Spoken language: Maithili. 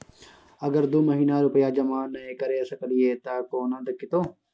अगर दू महीना रुपिया जमा नय करे सकलियै त कोनो दिक्कतों?